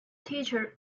teacher